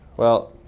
well,